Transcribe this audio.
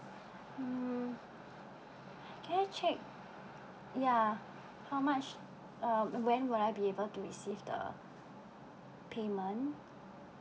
mm can I check ya how much uh when would I be able to receive the payment